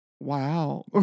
wow